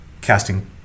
casting